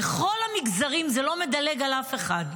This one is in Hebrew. בכל המגזרים, זה לא מדלג על אף אחד.